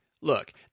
Look